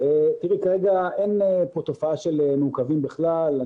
תראי, כרגע אין פה תופעה של מעוכבים בכלל.